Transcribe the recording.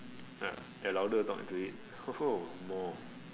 uh eh louder talk into it more